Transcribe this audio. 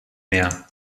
meer